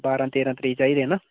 बारां तेरां तरीक चाहिदे ना